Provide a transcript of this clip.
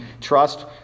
trust